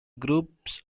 groups